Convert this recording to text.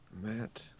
Matt